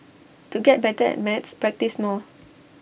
to get better at maths practise more